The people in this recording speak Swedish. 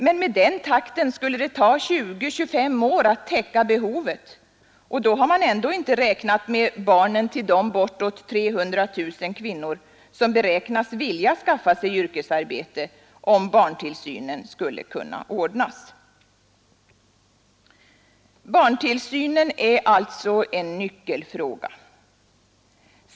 Men med den takten skulle det ta 20—25 år att täcka behovet, och då har man ändå inte räknat med barnen till de bortåt 300 000 kvinnor som bedöms vilja skaffa sig yrkesarbete om barntillsynen skulle kunna ordnas. Barntillsynen är alltså en nyckelfråga.